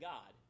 God